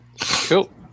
Cool